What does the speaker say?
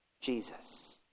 Jesus